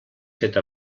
feta